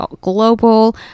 global